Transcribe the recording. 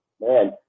Man